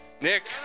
Nick